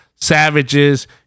savages